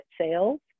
Sales